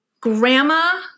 grandma